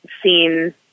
seen